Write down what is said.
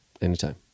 Anytime